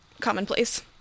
commonplace